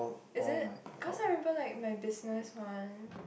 is it cause I remember like my business one